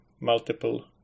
multiple